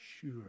sure